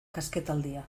kasketaldia